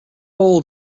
old